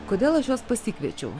kodėl aš juos pasikviečiau